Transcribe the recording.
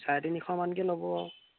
চাৰে তিনিশমানকৈ ল'ব